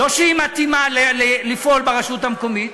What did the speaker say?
לא שהיא מתאימה לפעול ברשות המקומית,